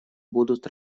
будут